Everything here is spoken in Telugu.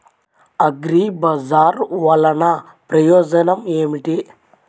అగ్రిబజార్ వల్లన ప్రయోజనం ఏమిటీ?